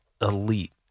elite